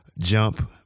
Jump